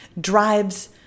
drives